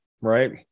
Right